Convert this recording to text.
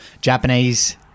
Japanese